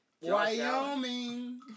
Wyoming